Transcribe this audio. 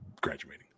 graduating